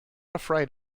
afraid